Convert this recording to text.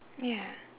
ya